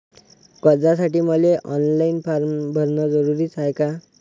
कर्जासाठी मले online form भरन जरुरीच हाय का?